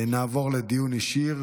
נעבור לדיון אישי.